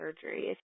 surgery